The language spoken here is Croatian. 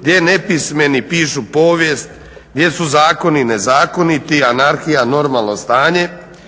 gdje nepismeni pišu povijest, gdje su zakoni nezakoniti, anarhija normalno stanje,